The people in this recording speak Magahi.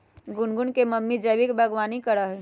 गुनगुन के मम्मी जैविक बागवानी करा हई